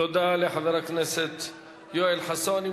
תודה לחבר הכנסת יואל חסון.